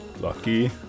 Lucky